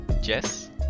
Jess